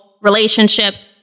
relationships